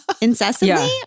incessantly